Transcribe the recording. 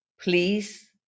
please